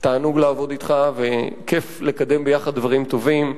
תענוג לעבוד אתך, וכיף לקדם ביחד דברים טובים.